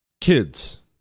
Kids